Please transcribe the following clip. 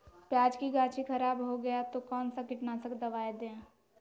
प्याज की गाछी खराब हो गया तो कौन सा कीटनाशक दवाएं दे?